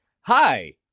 hi